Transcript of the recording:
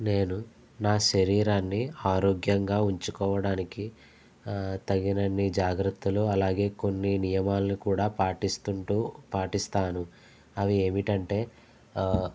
నేను నా శరీరాన్ని ఆరోగ్యంగా ఉంచుకోవడానికి తగినన్ని జాగ్రత్తలు అలాగే కొన్ని నియమాల్ను కూడా పాటిస్తుంటు పాటిస్తాను అవి ఏమిటంటే